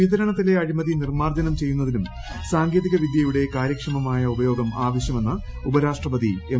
വിതരണത്തിലെ അഴിമതി നിർമ്മാർജ്ജനം ചെയ്യുന്നതിനും സാങ്കേതികവിദൃയുടെ കാര്യക്ഷമമായ ഉപയോഗം ആവശ്യമെന്ന് ഉപരാഷ്ട്രപതി എം